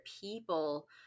people